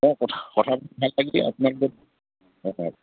অঁ কথা আপোনাক অঁ